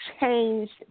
changed